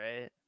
right